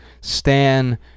Stan